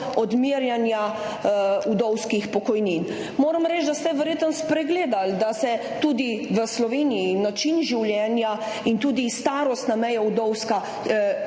odmerjanja vdovskih pokojnin. Moram reči, da ste verjetno spregledali, da se tudi v Sloveniji način življenja in vdovska starostna meja